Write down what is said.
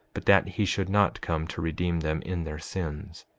but that he should not come to redeem them in their sins,